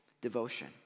devotion